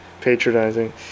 patronizing